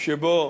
שבו